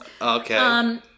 Okay